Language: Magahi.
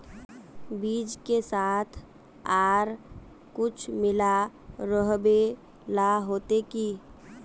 बीज के साथ आर कुछ मिला रोहबे ला होते की?